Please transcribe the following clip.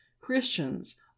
Christians